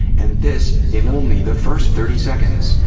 and this, in only the first thirty seconds,